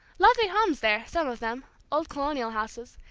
lovely homes there, some of them old colonial houses.